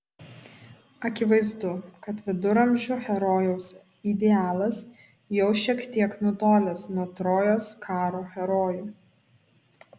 akivaizdu kad viduramžių herojaus idealas jau šiek tiek nutolęs nuo trojos karo herojų